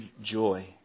joy